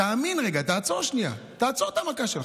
תאמין רגע, תעצור שנייה, תעצור את המכה שלך.